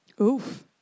Oof